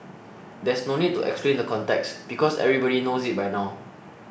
there's no need to explain the context because everybody knows it by now